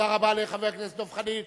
תודה רבה לחבר הכנסת דב חנין.